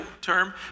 term